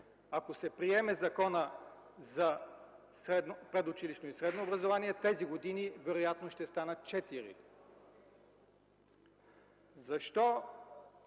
Ако се приеме законът за предучилищно и средно образование, тези години вероятно ще станат 4. Защо